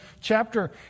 chapter